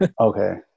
okay